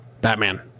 Batman